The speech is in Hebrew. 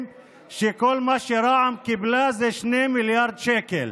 שכל מה שרע"מ קיבלה הוא 2 מיליארד שקל?